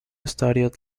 studied